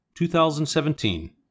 2017